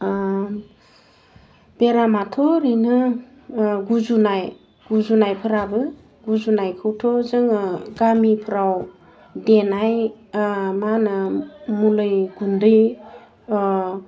बेरामाथ' ओरैनो गुजुनाय गुजुनायफ्राबो गुजुनायखौथ' जोङो गामिफ्राव देनाय मा होनो मुलै गुन्दै